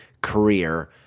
career